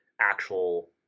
actual